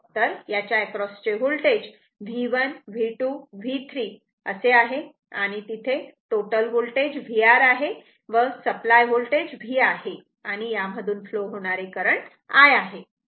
तर याच्या एक्रॉस चे वोल्टेज V1 V2 V3असे आहे आणि तिथे टोटल होल्टेज VR आहे व सप्लाय होल्टेज V आहे आणि यामधून फ्लो होणारे करंट I हे आहे